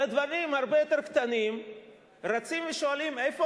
על דברים הרבה יותר קטנים רצים ושואלים: איפה